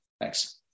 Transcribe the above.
thanks